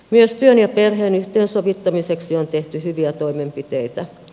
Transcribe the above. myös työn ja perheen yhteensovittamiseksi on tehty hyviä toimenpiteitä